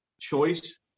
choice